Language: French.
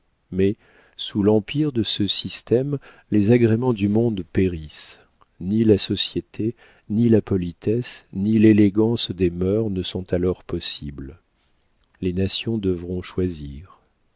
mais sous l'empire de ce système les agréments du monde périssent ni la société ni la politesse ni l'élégance des mœurs ne sont alors possibles les nations devront choisir